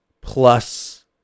plus